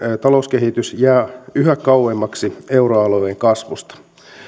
talouskehitys jää yhä kauemmaksi euroalueen kasvusta